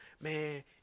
man